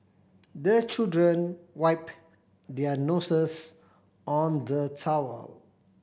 the children wipe their noses on the towel